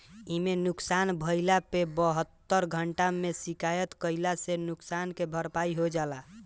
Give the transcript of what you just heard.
इमे नुकसान भइला पे बहत्तर घंटा में शिकायत कईला से नुकसान के भरपाई हो जाला